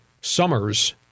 summers